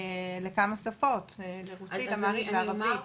לכמה שפות, לרוסית, אמהרית וערבית.